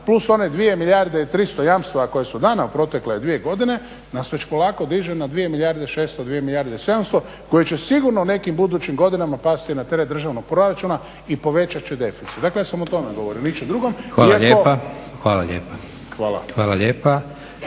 plus one 2 milijarde i 300 jamstava koja su dana u protekle dvije godine nas već polako diže na 2 milijarde 600, 2 milijarde 700 koje će sigurno u nekim budućim godinama pasti na teret državnog proračuna i povećati će deficit. Dakle ja sam o tome govorio, ničem